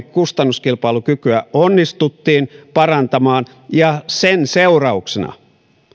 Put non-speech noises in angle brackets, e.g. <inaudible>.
<unintelligible> kustannuskilpailukykyä onnistuttiin parantamaan ja sen seurauksena